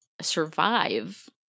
survive